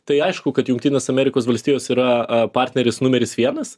tai aišku kad jungtinės amerikos valstijos yra a partneris numeris vienas